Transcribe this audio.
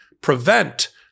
prevent